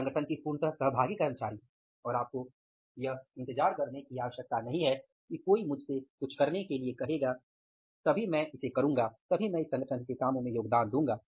आप संगठन के पूर्णतः सहभागी कर्मचारी हैं और आपको यह इंतजार करने की आवश्यकता नहीं है कि कोई मुझे कुछ करने के लिए कहेगा तभी मैं इसे करूंगा